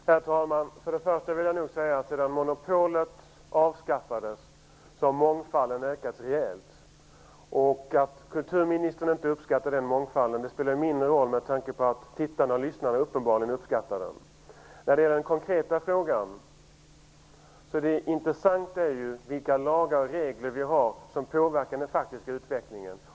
Herr talman! Sedan monopolet avskaffades har mångfalden ökat rejält. Att kulturministern inte uppskattar den mångfalden spelar mindre roll, med tanke på att tittarna och lyssnarna uppenbarligen uppskattar den. Det intressanta i den konkreta frågan är vilka lagar och regler vi har som påverkar den faktiska utvecklingen.